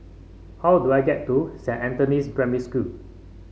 how do I get to Saint Anthony's Primary School